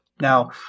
Now